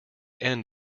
end